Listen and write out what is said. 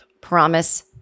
promise